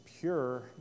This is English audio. pure